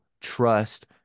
trust